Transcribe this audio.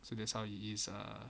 so that's how it is ah